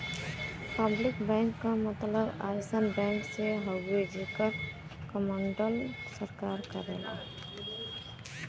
public bank क मतलब अइसन बैंक से हउवे जेकर कण्ट्रोल सरकार करेला